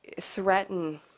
threaten